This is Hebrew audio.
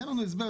תן לנו הסבר,